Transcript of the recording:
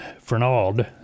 Fernald